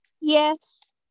Yes